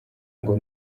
ngo